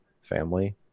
family